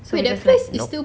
so we're just like nope